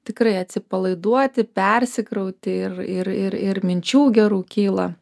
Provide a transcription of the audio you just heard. tikrai atsipalaiduoti persikrauti ir ir ir ir minčių gerų kyla